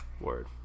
Word